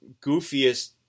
goofiest